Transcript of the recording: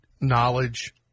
knowledge